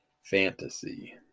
Fantasy